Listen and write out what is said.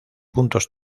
puntos